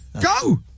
Go